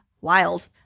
wild